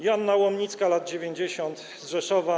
Joanna Łomnicka, lat 90, z Rzeszowa.